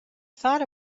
thought